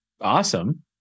awesome